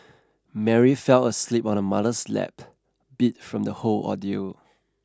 Mary fell asleep on her mother's lap beat from the whole ordeal